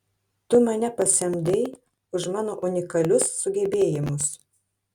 tu mane pasamdei už mano unikalius sugebėjimus